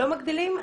לא מגדילים.